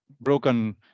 broken